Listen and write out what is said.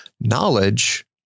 Knowledge